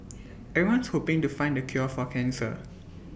everyone's hoping to find the cure for cancer